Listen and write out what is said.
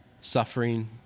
suffering